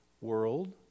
world